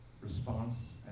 response